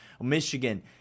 Michigan